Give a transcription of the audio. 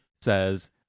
says